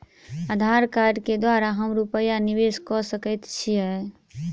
आधार कार्ड केँ द्वारा हम रूपया निवेश कऽ सकैत छीयै?